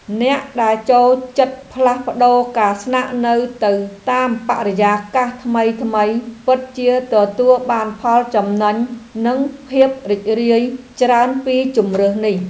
អ្នកដែលចូលចិត្តផ្លាស់ប្ដូរការស្នាក់នៅទៅតាមបរិយាកាសថ្មីៗពិតជាទទួលបានផលចំណេញនិងភាពរីករាយច្រើនពីជម្រើសនេះ។